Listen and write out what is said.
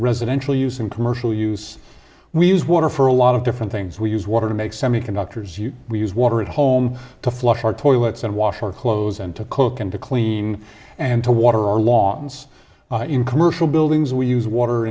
residential use in commercial use we use water for a lot of different things we use water to make semiconductors you we use water at home to flush our toilets and wash our clothes and to cook and to clean and to water our lawton's in commercial buildings we use water